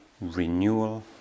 renewal